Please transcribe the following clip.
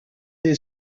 they